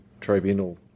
tribunal